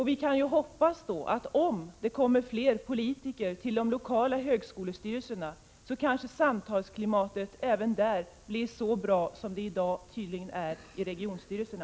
Vi kan då hoppas att om det blir fler politiker i de lokala högskolestyrelserna, så blir kanske samtalsklimatet även där så bra som det i dag tydligen är i regionstyrelserna.